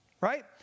right